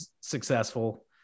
successful